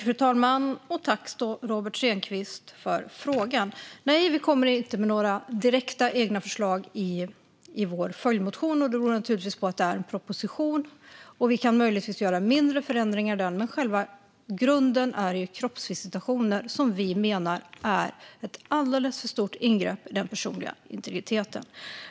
Fru talman! Jag tackar Robert Stenkvist för frågan. Nej, vi kommer inte med några direkta egna förslag i vår följdmotion. Det beror naturligtvis på att det handlar om en proposition och att vi möjligtvis kan göra mindre förändringar där. Men själva grunden är kroppsvisitationer, som vi menar är ett alldeles för stort ingrepp i den personliga integriteten.